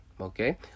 Okay